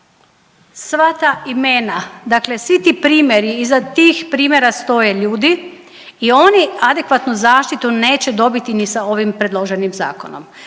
Sva ta imena, dakle svi ti primjeri iza tih primjera stoje ljudi i oni adekvatnu zaštitu neće dobiti ni sa ovim predloženim zakonom.